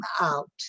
out